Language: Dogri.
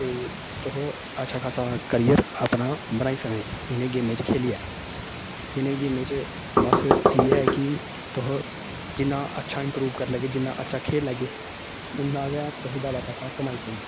ते तुस अच्छा खासा कैरियर अपना बनाई सकने इनें गेमें च खेलियै ते इनें गेमें च बस इयै कि तुस जिन्ना अच्छा इम्प्रूव करी लैगे जिन्ना अच्छा खेली लैगे उन्ना गै तुस जादा पैसा कमाई सकने